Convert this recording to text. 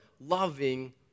loving